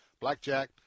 blackjack